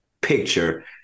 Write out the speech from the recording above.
picture